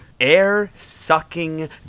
Air-sucking